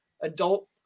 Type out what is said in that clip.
adult